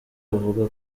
avuga